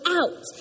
out